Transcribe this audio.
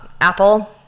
Apple